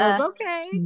Okay